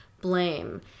blame